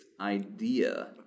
idea